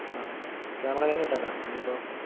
ആ ക്യാമറയിനും ഇട്ടേക്കാം ഇനി ഇപ്പോൾ